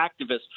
activists